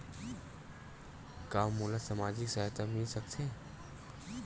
का मोला सामाजिक सहायता मिल सकथे?